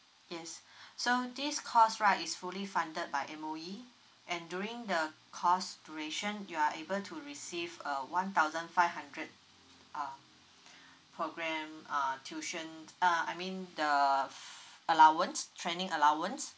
yes so this course right is fully funded by the M_O_E and during the course duration you are able to receive a one thousand five hundred uh program uh tuition uh I mean the allowance training allowance